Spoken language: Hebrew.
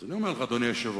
אני אומר לך, אדוני היושב-ראש,